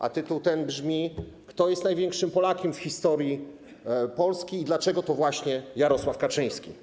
A temat ten brzmi: Kto jest największym Polakiem w historii Polski i dlaczego to właśnie Jarosław Kaczyński?